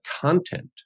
content